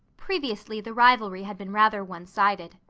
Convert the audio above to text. previously the rivalry had been rather one-sided,